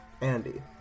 Andy